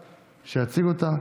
מס' 1582,